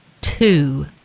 two